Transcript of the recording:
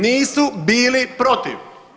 Nisu bili protiv.